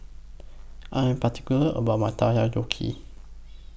I Am particular about My Takoyaki